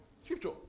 Scripture